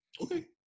okay